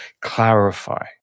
clarify